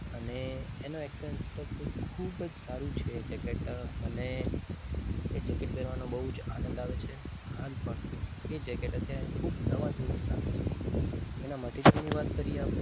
અને એનો એક્સપિરિયન્સ કંઈક ખૂબ જ સારું છે જેકેટ મને એ જેકેટ પહેરવાનો બહુ જ આનંદ આવે છે હાલ પણ એ જેકેટ અત્યારે ખૂબ નવા જેવું જ લાગે છે એના મટિરિયલની વાત કરીએ આપણે